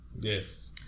Yes